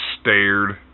stared